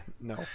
No